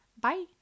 bye